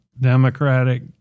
Democratic